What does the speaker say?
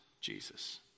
Jesus